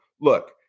look